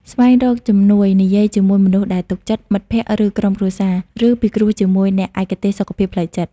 ស្វែងរកជំនួយ និយាយជាមួយមនុស្សដែលទុកចិត្ត (មិត្តភក្តិ ក្រុមគ្រួសារ) ឬពិគ្រោះជាមួយអ្នកឯកទេសសុខភាពផ្លូវចិត្ត។